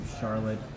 Charlotte